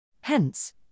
Hence